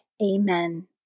Amen